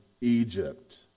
Egypt